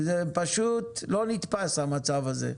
זה פשוט לא נתפס המצב הזה.